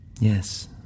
Yes